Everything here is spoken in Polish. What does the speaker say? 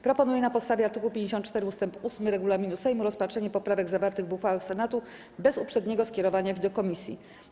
Proponuję, na podstawie art. 54 ust. 8 regulaminu Sejmu, rozpatrzenie poprawek zawartych w uchwałach Senatu bez uprzedniego skierowania ich do komisji.